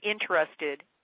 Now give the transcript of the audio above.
interested